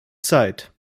zeit